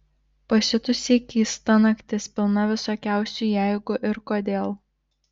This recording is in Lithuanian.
pasiutusiai keista naktis pilna visokiausių jeigu ir kodėl